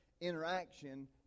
interaction